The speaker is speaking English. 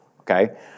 okay